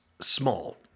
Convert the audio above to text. small